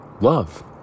love